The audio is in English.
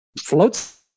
floats